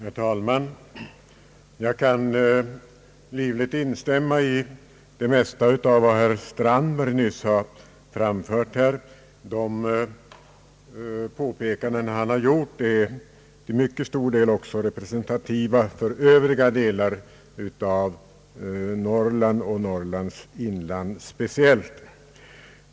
Herr talman! Jag kan livligt instämma i det mesta av vad herr Strandberg nyss har framfört. De påpekanden han gjort är till mycket stor del även representativa för övriga delar av Norrland och speciellt Norrlands inland.